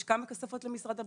יש כמה כספות למשרד הבריאות,